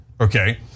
okay